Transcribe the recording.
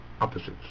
opposites